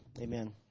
Amen